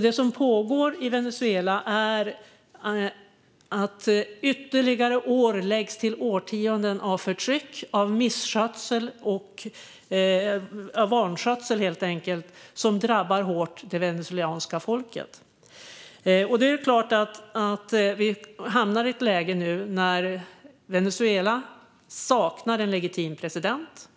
Det som pågår i Venezuela är att ytterligare år läggs till årtionden av förtryck och vanskötsel som drabbar det venezuelanska folket hårt. Vi hamnar nu i ett läge där Venezuela saknar en legitim president